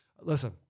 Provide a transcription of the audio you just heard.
Listen